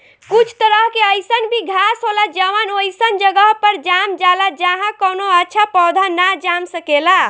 कुछ तरह के अईसन भी घास होला जवन ओइसन जगह पर जाम जाला जाहा कवनो अच्छा पौधा ना जाम सकेला